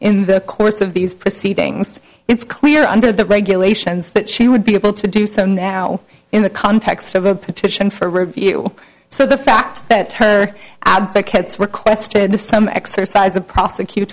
in the course of these proceedings it's clear under the regulations that she would be able to do so now in the context of a petition for review so the fact that turner advocates requested this time exercise of prosecut